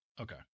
Okay